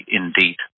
indeed